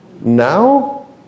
now